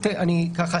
מתנצל.